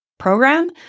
program